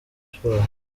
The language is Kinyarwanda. sport